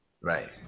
right